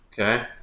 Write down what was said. Okay